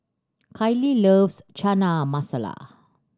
Kiley loves Chana Masala